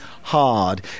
hard